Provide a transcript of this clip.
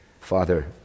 Father